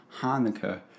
Hanukkah